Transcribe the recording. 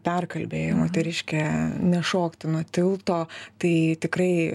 perkalbėjo moteriškę nešokti nuo tilto tai tikrai